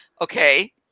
Okay